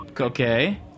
Okay